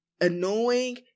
annoying